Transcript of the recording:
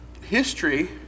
history